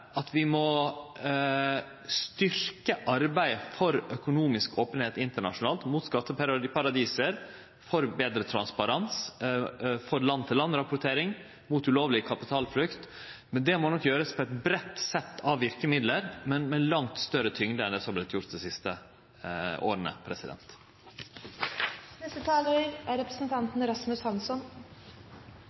at vi må styrkje arbeidet for økonomisk openheit internasjonalt, mot skatteparadis, for betre transparens, for land-til-land-rapportering, mot ulovleg kapitalflukt. Det må nok gjerast med eit breitt sett av verkemiddel, men med langt større tyngde enn det som har vorte gjort dei siste åra.